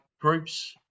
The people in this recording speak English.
groups